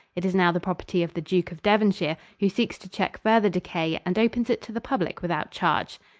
it is now the property of the duke of devonshire, who seeks to check further decay and opens it to the public without charge.